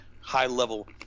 high-level